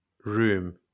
room